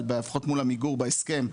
אבל לפחות מול עמיגור בהסכם,